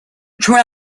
true